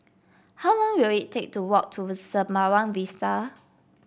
how long will it take to walk to Sembawang Vista